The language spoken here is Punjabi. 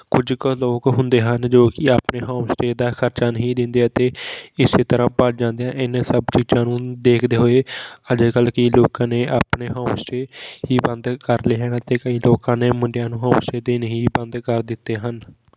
ਕੁਝ ਕ ਲੋਕ ਹੁੰਦੇ ਹਨ ਜੋ ਕਿ ਆਪਣੇ ਹੋਮ ਸਟੇਅ ਦਾ ਖਰਚਾ ਨਹੀਂ ਦਿੰਦੇ ਅਤੇ ਇਸੇ ਤਰ੍ਹਾਂ ਭੱਜ ਜਾਂਦੇ ਆ ਇੰਨੇ ਸਭ ਚੀਜ਼ਾਂ ਨੂੰ ਦੇਖਦੇ ਹੋਏ ਅੱਜ ਕੱਲ੍ਹ ਕਿ ਲੋਕਾਂ ਨੇ ਆਪਣੇ ਹੋਮ ਸਟੇਅ ਹੀ ਬੰਦ ਕਰ ਲਏ ਹਨ ਅਤੇ ਕਈ ਲੋਕਾਂ ਨੇ ਮੁੰਡਿਆਂ ਨੂੰ ਹੋਮ ਸਟੇਅ ਦੇਣੇ ਹੀ ਬੰਦ ਕਰ ਦਿੱਤੇ ਹਨ